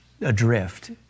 adrift